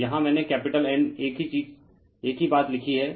तो यहाँ मैंने कैपिटल N एक ही चीज़ एक ही बात लिखी है